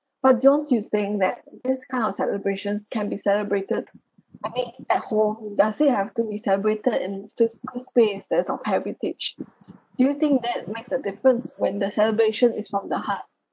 but don't you think that this kind of celebrations can be celebrated I mean at home does it have to be celebrated in physical space that's of heritage do you think that makes a difference when the celebration is from the heart